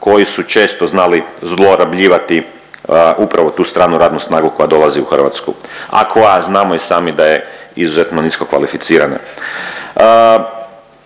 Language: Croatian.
koji su često znali zlorabljivati upravo tu stranu radnu snagu koja dolazi u Hrvatsku, a koja znamo i sami da je izuzetno nisko kvalificirana.